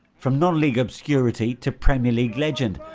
from non-league obscurity, to premier league legend,